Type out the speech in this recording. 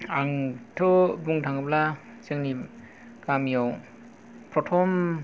आंथ' बुंनोथाङोब्ला जोंनि गामियाव प्र'थम